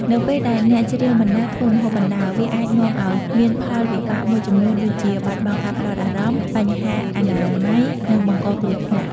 នៅពេលដែលអ្នកច្រៀងបណ្ដើរ ធ្វើម្ហូបបណ្ដើរ វាអាចនាំឱ្យមានផលវិបាកមួយចំនួនដូចជា បាត់បង់ការផ្តោតអារម្មណ៍ បញ្ហាអនាម័យ និងបង្កគ្រោះថ្នាក់។